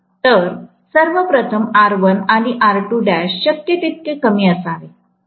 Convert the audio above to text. तर सर्व प्रथम R1 आणि शक्य तितके कमी असावे